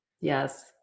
Yes